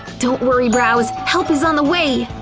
don't worry brows, help is on the way!